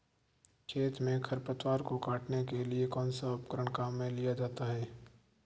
खेत में खरपतवार को काटने के लिए कौनसा उपकरण काम में लिया जाता है?